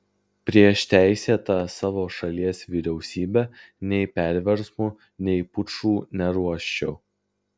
prieš teisėtą savo šalies vyriausybę nei perversmų nei pučų neruošiau